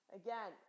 again